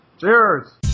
Cheers